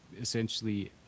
essentially